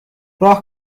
راه